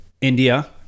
india